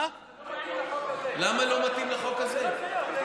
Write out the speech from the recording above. זה לא מתאים לחוק הזה.